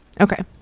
Okay